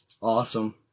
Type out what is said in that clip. Awesome